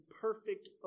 perfect